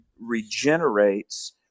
regenerates